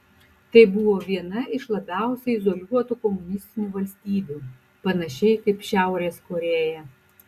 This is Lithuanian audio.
tai buvo viena iš labiausiai izoliuotų komunistinių valstybių panašiai kaip šiaurės korėja